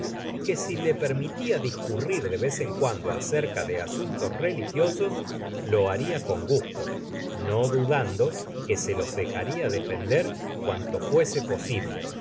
casuista que si le permitia discurrir de vez en cuando acerca de asuntos religiosos lo haria con gusto no dudando que se los dejaria defender cuanto fuese posible